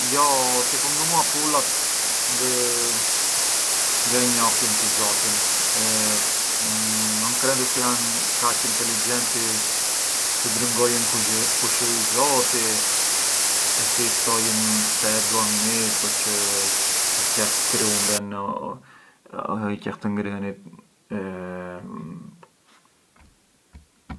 Jo secundu mua pulat ngë e njohjën të zotin, non credo se janë kaq intelligenti të drëngojën kush ë i zoti e të i ftojën se e duan mirë përçë i kell krunden o i qell të ngrënit.